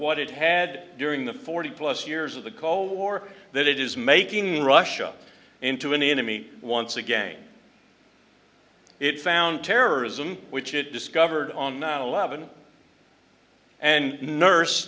what it had during the forty plus years of the call war that it is making russia into an enemy once again it found terrorism which it discovered on the nine eleven and nurse